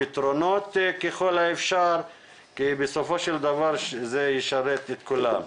לפתרונות ככל האפשר כי בסופו של דבר זה ישרת את כולם.